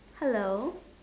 hello